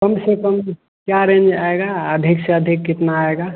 कम से कम क्या रेंज आएगा अधिक से अधिक कितना आएगा